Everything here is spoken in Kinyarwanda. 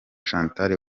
chantal